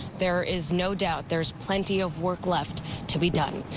there is no doubt there's plenty of work left to be done.